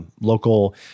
local